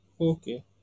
Okay